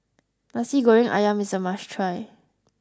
Nasi Goreng Ayam is a must try